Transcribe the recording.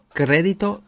crédito